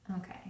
okay